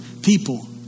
people